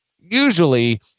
usually